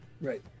Right